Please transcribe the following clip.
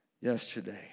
Yesterday